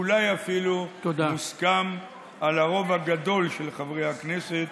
אולי אפילו מוסכם על הרוב הגדול של חברי הכנסת,